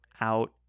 out